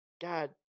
God